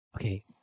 okay